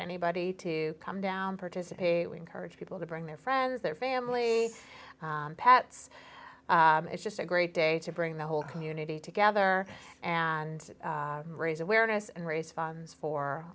anybody to come down participate we encourage people to bring their friends their family pets it's just a great day to bring the whole community together and raise awareness and raise funds for